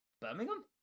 Birmingham